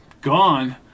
Gone